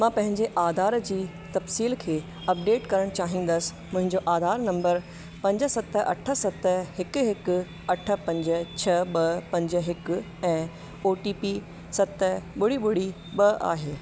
मां पंहिंजे आधार जी तफ़सील खे अपडेट करणु चाहींदसि मुंहिंजो आधार नंबर पंज सत अठ सत हिकु हिकु अठ पंज छह ॿ पंज हिक ऐं ओ टी पी सत ॿुड़ी ॿुड़ी ॿ आहे